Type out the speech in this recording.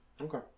Okay